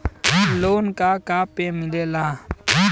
Loan का का पे मिलेला?